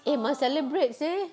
eh must celebrate seh